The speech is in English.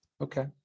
Okay